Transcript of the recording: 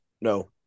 no